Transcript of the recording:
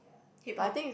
Hip-Hop